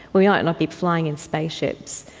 we might not be flying in space ships,